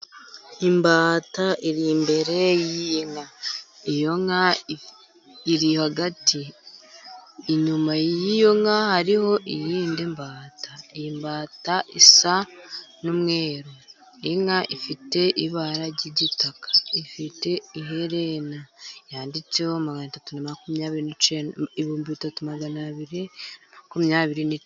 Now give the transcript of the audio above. Imbata iri imbere y'inka, iyo nka iri hagati, inyuma y'iyo nka hariho iyindi mbata. Imbata isa n'umweru, inka ifite ibara ry'igitaka, ifite iherena ryanditseho ibihumbi bitatu magana abiri na makumyabiri n'ikenda.